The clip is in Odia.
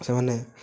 ସେମାନେ